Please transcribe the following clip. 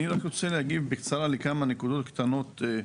אני רק רוצה להגיב בקצרה לכמה נקודות קטנות.